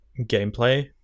gameplay